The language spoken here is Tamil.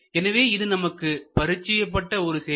எனவே இது நமக்கு பரிட்சயபட்ட ஒரு சேவை